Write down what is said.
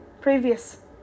previous